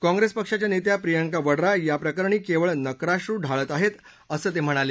काँप्रिसपक्षाच्या नेत्या प्रियांका वड्रा ह्या प्रकरणी केवळ नक्राश्रू ढाळात आहेत असं ते म्हणाले